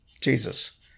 Jesus